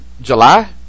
July